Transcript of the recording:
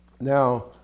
Now